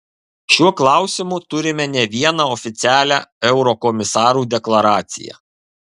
šiuo klausimu turime ne vieną oficialią eurokomisarų deklaraciją